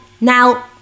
now